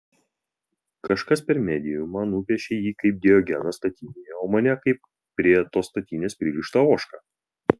kažkas per mediumą nupiešė jį kaip diogeną statinėje o mane kaip prie tos statinės pririštą ožką